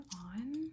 on